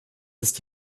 ist